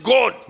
God